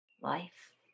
life